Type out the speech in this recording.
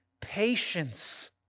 patience